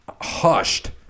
hushed